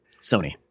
Sony